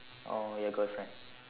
or your girlfriend